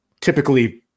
typically